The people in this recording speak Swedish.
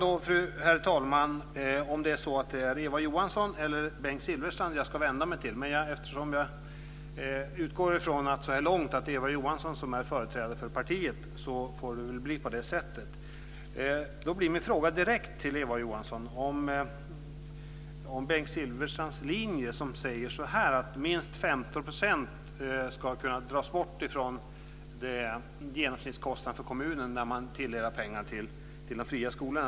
Nu är frågan om det är Eva Johansson eller Bengt Silfverstrand som jag ska vända mig till. Men eftersom jag utgår ifrån att det är Eva Johansson som är företrädare för partiet får jag väl vända mig till henne. Då ställer jag min fråga direkt till Eva Johansson. Bengt Silfverstrands linje säger att minst 15 % ska kunna dras bort från genomsnittskostnaden för kommunen när man delar ut pengar till de fria skolorna.